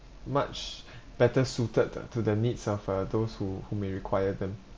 much better suited ah to the needs of uh those who who may require them